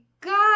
God